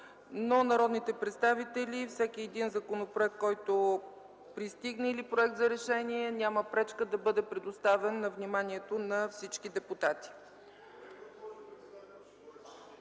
е постъпило предложението, но всеки един законопроект, който пристигне или проект за решение няма пречка да бъде предоставен на вниманието на всички депутати.